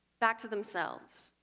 back to themselves.